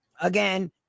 Again